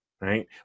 right